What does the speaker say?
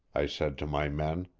i said to my men.